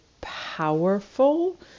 powerful